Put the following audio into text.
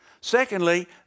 Secondly